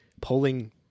polling